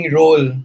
role